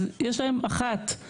אז יש להם אחת.